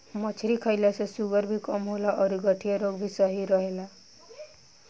मछरी खईला से शुगर भी कम होला अउरी गठिया रोग में भी सही रहेला